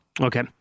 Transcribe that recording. Okay